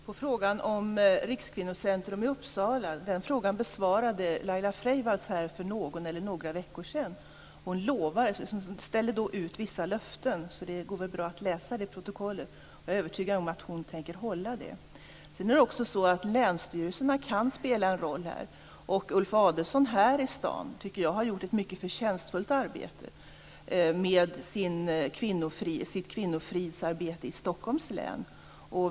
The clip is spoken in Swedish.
Fru talman! Frågan om Rikskvinnocentrum i Uppsala besvarade Laila Freivalds här för någon eller några veckor sedan. Hon ställde då, som framgår av protokollet, ut vissa löften. Jag är övertygad om att hon tänker hålla dem. Också länsstyrelserna kan spela en roll i detta sammanhang. Jag tycker att Ulf Adelsohn här i Stockholm har gjort en mycket förtjänstfull insats i sitt kvinnofridsarbete i Stockholms län.